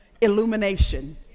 illumination